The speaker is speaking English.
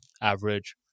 average